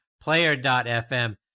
Player.fm